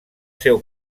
seu